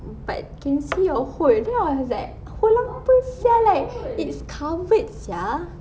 but can see your hole then I was like hole apa sia like it's covered sia